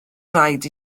rhaid